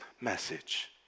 message